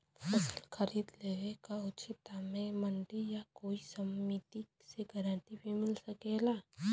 फसल खरीद लेवे क उचित दाम में मंडी या कोई समिति से गारंटी भी मिल सकेला?